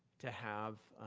to have